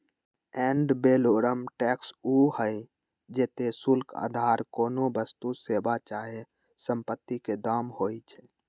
ad valorem tax उ हइ जेते शुल्क अधार कोनो वस्तु, सेवा चाहे सम्पति के दाम होइ छइ